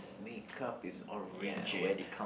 make up its origin